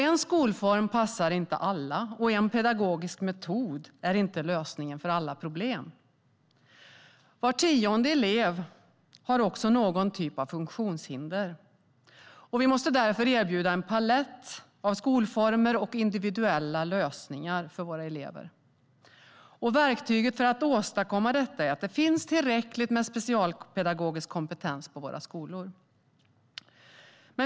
En skolform passar inte alla, och en pedagogisk metod är inte lösningen för alla problem. Var tionde elev har också någon typ av funktionshinder. Vi måste därför erbjuda en palett av skolformer och individuella lösningar för våra elever. Verktyget för att åstadkomma detta är att det finns tillräckligt med specialpedagogisk kompetens på våra skolor.